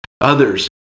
Others